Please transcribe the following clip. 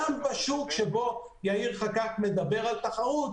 גם בשוק שבו יאיר חקאק מדבר על תחרות,